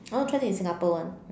I want to try it in Singapore [one]